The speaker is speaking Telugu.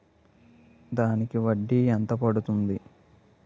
దానికి వడ్డీ ఎంత పడుతుంది?